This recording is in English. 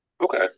Okay